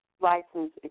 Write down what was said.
license